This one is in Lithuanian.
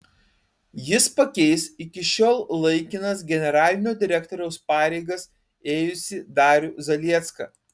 jis pakeis iki šiol laikinas generalinio direktoriaus pareigas ėjusį darių zaliecką